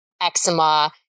eczema